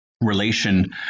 relation